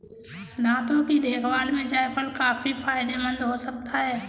दांतों की देखभाल में जायफल काफी फायदेमंद हो सकता है